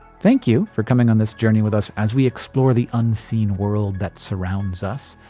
thank you for coming on this journey with us as we explore the unseen world that surrounds us.